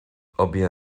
obě